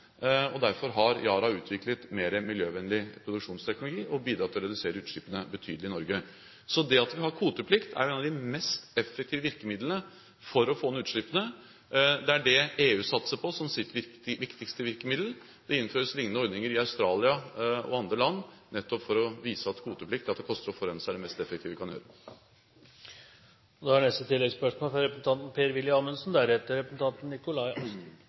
Derfor har Yara utviklet mer miljøvennlig produksjonsteknologi og bidratt til å redusere utslippene betydelig i Norge. Så det at vi har kvoteplikt, er en av de mest effektive virkemidlene for å få ned utslippene. Det er det EU satser på som sitt viktigste virkemiddel. Det innføres lignende ordninger i Australia og andre land, nettopp for å vise at kvoteplikt, det at det koster å forurense, er det mest effektive vi kan gjøre.